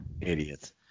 Idiots